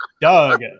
Doug